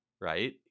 right